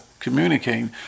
Communicating